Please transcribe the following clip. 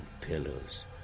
pillows